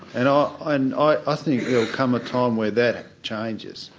and and, i think there will come a time where that changes.